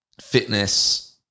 fitness